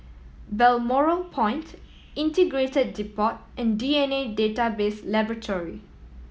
Balmoral Point Integrated Depot and D N A Database Laboratory